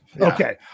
Okay